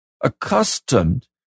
accustomed